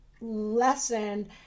lesson